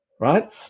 Right